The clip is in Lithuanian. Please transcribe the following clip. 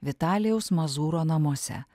vitalijaus mazūro namuose